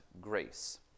grace